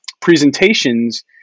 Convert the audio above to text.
presentations